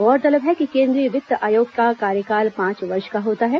गौरतलब है कि केन्द्रीय वित्त आयोग का कार्यकाल पांच वर्ष का होता है